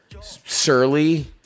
surly